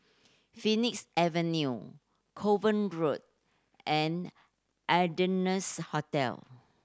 Phoenix Avenue Kovan Road and Ardennes Hotel